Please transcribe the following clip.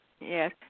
yes